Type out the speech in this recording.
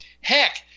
Heck